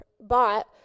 bought